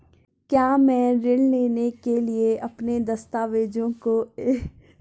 क्या मैं ऋण लेने के लिए अपने दस्तावेज़ों को एक माह पूर्व जमा कर सकता हूँ?